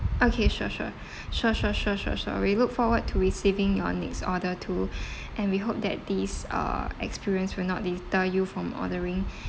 okay sure sure sure sure sure sure sure we look forward to receiving your next order too and we hope that this uh experience will not deter you from ordering